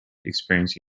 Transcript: experience